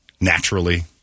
naturally